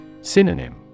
Synonym